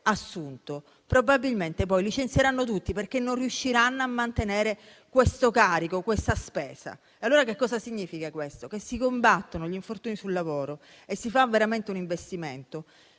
assunto, probabilmente poi licenzieranno tutti, perché non riusciranno a mantenere questo carico, questa spesa. Questo significa che si combattono gli infortuni sul lavoro e si fa veramente un investimento